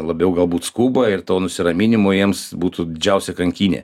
labiau galbūt skuba ir to nusiraminimo jiems būtų didžiausia kankynė